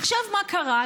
עכשיו, מה קרה?